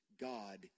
God